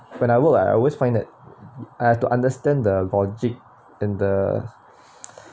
like when I work I always find it I have to understand the logic and the